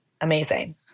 amazing